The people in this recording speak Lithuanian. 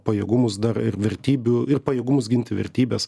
pajėgumus dar ir vertybių ir pajėgumus ginti vertybes